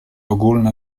ogólne